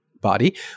body